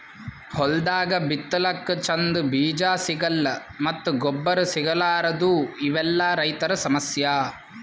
ಹೊಲ್ದಾಗ ಬಿತ್ತಲಕ್ಕ್ ಚಂದ್ ಬೀಜಾ ಸಿಗಲ್ಲ್ ಮತ್ತ್ ಗೊಬ್ಬರ್ ಸಿಗಲಾರದೂ ಇವೆಲ್ಲಾ ರೈತರ್ ಸಮಸ್ಯಾ